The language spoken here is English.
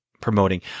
promoting